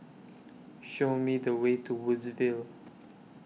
Show Me The Way to Woodsville